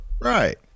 Right